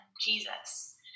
Jesus